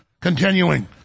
Continuing